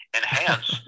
enhance